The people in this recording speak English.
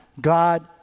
God